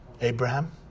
Abraham